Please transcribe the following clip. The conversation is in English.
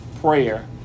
prayer